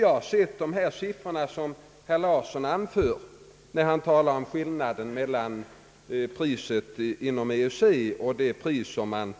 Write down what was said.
Jag har sett de siffror som herr Larsson anförde, när han talade om skillnaden mellan priset inom EEC och det pris som man